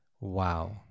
wow